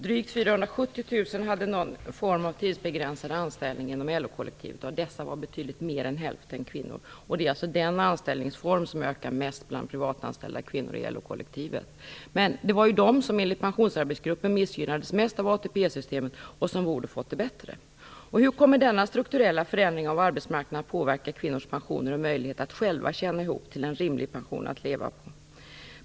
Drygt 470 000 hade någon form av tidsbegränsad anställning inom LO-kollektivet. Av dessa var betydligt mer än hälften kvinnor. Det är den anställningsform som ökar mest bland privatanställda kvinnor i LO-kollektivet. Men det var ju de som enligt systemet, och som borde fått det bättre! Hur kommer denna strukturella förändring av arbetsmarknaden att påverka kvinnors pensioner och möjlighet att själva tjäna ihop till en rimlig pension att leva på?